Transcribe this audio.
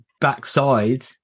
backside